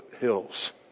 hills